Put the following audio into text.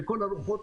לכל הרוחות.